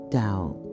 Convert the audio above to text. doubt